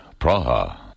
Praha